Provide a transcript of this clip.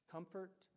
Comfort